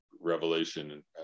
revelation